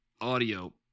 audio